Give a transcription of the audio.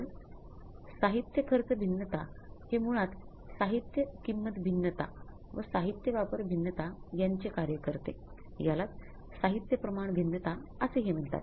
तर साहित्य खर्च भिन्नता यांची गणना करूत